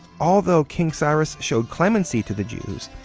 although king cyrus showed clemency to the jews,